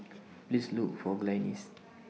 Please Look For Glynis